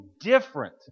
different